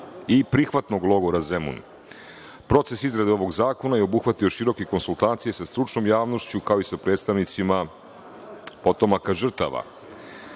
i "Prihvatnog logora Zemun".Proces izrade ovog zakona je obuhvatio široke konsultacije sa stručnom javnošću, kao i sa predstavnicima potomaka